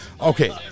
Okay